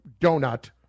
donut